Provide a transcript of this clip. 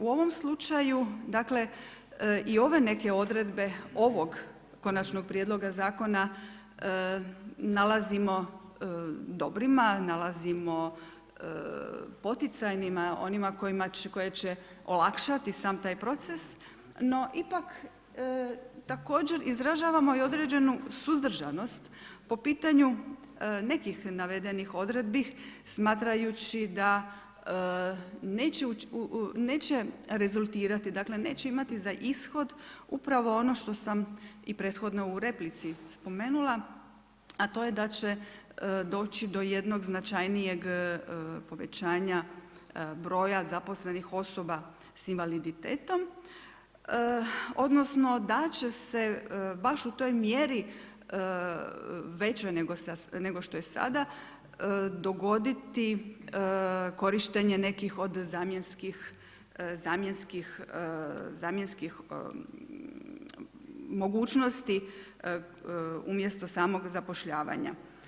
U ovom slučaju i ove neke odredbe ovog Konačnog prijedloga zakona nalazimo dobrima, nalazimo poticajnima, onima kojima će olakšati sam taj proces, no ipak, također izražavamo i određenu suzdržanost po pitanju nekih navedenih odredbi smatrajući da neće rezultirati, dakle neće imati za ishod upravo ono što sam i prethodno u replici spomenula, a to je da će doći do jednog značajnijeg povećanja broja zaposlenih osoba sa invaliditetom, odnosno da će se baš u toj mjeri većoj nego što je sada, dogoditi korištenje nekih od zamjenskih mogućnosti umjesto samog zapošljavanja.